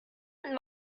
nimmt